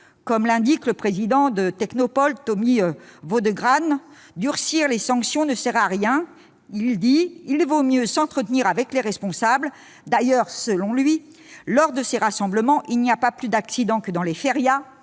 Comme l'indique le président de l'association Technopol, Tommy Vaudecrane, durcir les sanctions ne sert à rien :« il vaut mieux s'entretenir avec les responsables ». D'ailleurs, selon lui, lors de ces rassemblements, « il n'y a pas plus d'accidents que dans les férias,